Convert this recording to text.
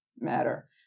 matter